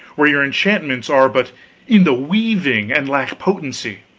while your enchantments are but in the weaving and lack potency.